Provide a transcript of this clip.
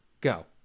Go